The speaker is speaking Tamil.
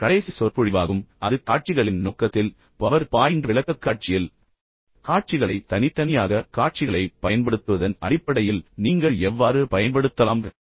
கடைசி சொற்பொழிவாகும் அது காட்சிகளின் நோக்கத்தில் பவர் பாயிண்ட் விளக்கக்காட்சியில் காட்சிகளை தனித்தனியாக அல்லது காட்சிகளைப் பயன்படுத்துவதன் அடிப்படையில் நீங்கள் எவ்வாறு பயன்படுத்தலாம் என்பதில் நான் கவனம்